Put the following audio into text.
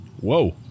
Whoa